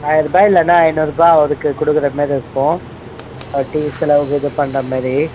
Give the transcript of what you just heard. ஆயிரம் ரூபாய் இல்லைன்னா ஐநூறு ரூபாய் அவருக்கு கொடுக்கற மாரி இருக்கும் அவர் டீ செலவுக்கு இது பண்ணுற மாரி